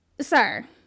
Sir